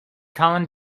colin